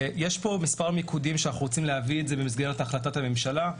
יש פה מספר מיקודים שאנחנו רוצים להביא במסגרת החלטת הממשלה.